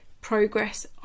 Progress